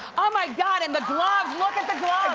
oh my god, and the gloves, look at the